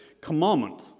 commandment